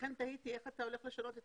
לכן תהיתי איך אתה הולך לשנות.